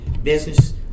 business